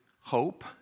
hope